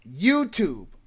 youtube